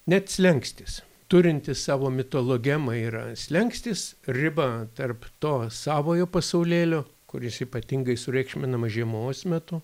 net slenkstis turintis savo mitologemą yra slenkstis riba tarp to savojo pasaulėlio kuris ypatingai sureikšminamas žiemos metu